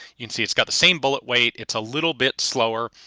you can see it's got the same bullet weight, it's a little bit slower.